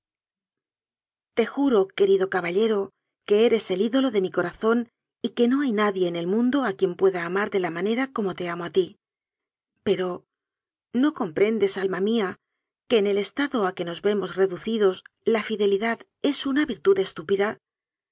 te juro querido caballero que eres el ídolo de mi corazón y que no hay nadie en el mundo a quien pueda amar de la manera como te amo a ti pero no comprendes alma mía que en el estado a que nos vemos reducidos la fidelidad es una virtud estúpida